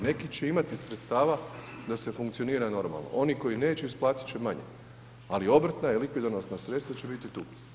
Neki će imati sredstava da se funkcionira normalno, oni koji neće isplatit će manje, ali obrtna i likvidonosna sredstva će biti tu.